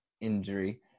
injury